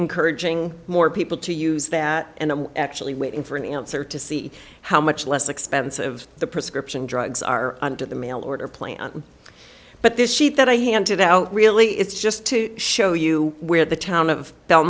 encouraging more people to use that and i'm actually waiting for an answer to see how much less expensive the prescription drugs are under the mail order plan but this sheet that i handed out really it's just to show you where the town of bel